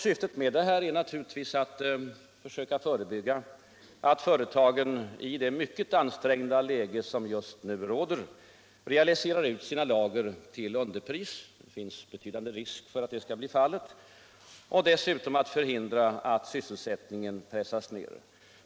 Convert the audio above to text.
Syftet är naturligtvis att söka förebygga att företagen i det mycket ansträngda läge som just nu råder realiserar ut sina lager till underpriser — det finns betydande risk för att det skall bli fallet — och dessutom att förhindra att sysselsättningen pressas ner.